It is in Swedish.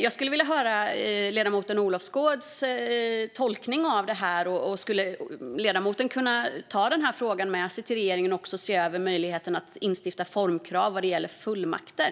Jag skulle vilja höra ledamoten Olofsgårds tolkning av detta. Skulle ledamoten kunna ta denna fråga med sig till regeringen och se över möjligheten att införa formkrav vad gäller fullmakter?